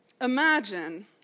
imagine